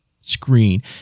screen